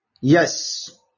yes